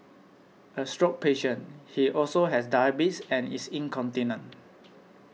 a stroke patient he also has diabetes and is incontinent